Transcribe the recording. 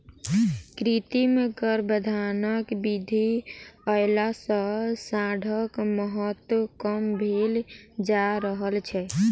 कृत्रिम गर्भाधानक विधि अयला सॅ साँढ़क महत्त्व कम भेल जा रहल छै